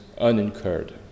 unincurred